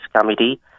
Committee